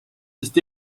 sest